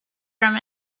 room